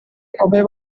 obey